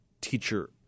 teacher